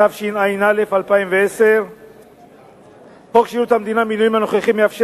התשע"א 2010. חוק שירות המדינה (מינויים) הנוכחי מאפשר